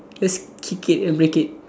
just kick it and break it